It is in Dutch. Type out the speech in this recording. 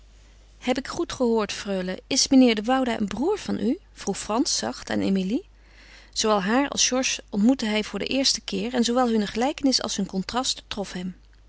heb ik goed gehoord freule is meneer de woude een broêr van u vroeg frans zacht aan emilie zoowel haar als georges ontmoette hij voor den eersten keer en zoowel hunne gelijkenis als hun contrast trof hem